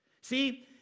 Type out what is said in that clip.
See